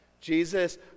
Jesus